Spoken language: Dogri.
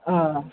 हां